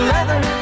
Leather